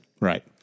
right